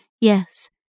Yes